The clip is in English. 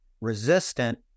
resistant